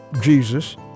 Jesus